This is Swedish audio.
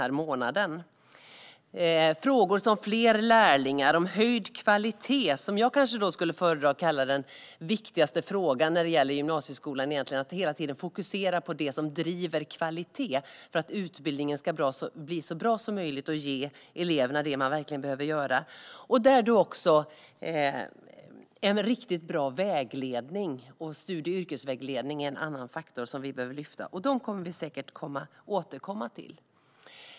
Där behandlas frågor som fler lärlingar och höjd kvalitet, vilket jag kanske skulle föredra att kalla den viktigaste frågan när det gäller gymnasieskolan - att hela tiden fokusera på det som driver kvalitet för att utbildningen ska bli så bra som möjligt och ge eleverna det de verkligen behöver. En riktigt bra studie och yrkesvägledning är en annan faktor vi behöver lyfta fram. Vi kommer säkert att återkomma till dessa frågor.